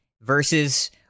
versus